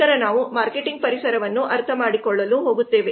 ನಂತರ ನಾವು ಮಾರ್ಕೆಟಿಂಗ್ ಪರಿಸರವನ್ನು ಅರ್ಥಮಾಡಿಕೊಳ್ಳಲು ಹೋಗುತ್ತೇವೆ